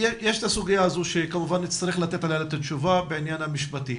הסוגיה הזאת שכמובן נצטרך לתת עליה את התשובה בעניין המשפטי.